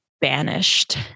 banished